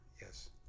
yes